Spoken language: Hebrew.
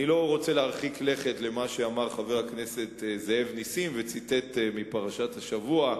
אני לא רוצה להרחיק לכת למה שאמר חבר הכנסת נסים זאב וציטט מפרשת השבוע,